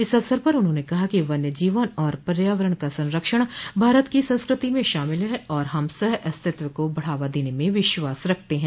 इस अवसर पर उन्होंने कहा कि वन्य जीवन और पर्यावरण का संरक्षण भारत की संस्कृति में शामिल है और हम सह अस्तित्व को बढ़ावा देने में विश्वास रखते हैं